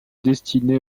destinés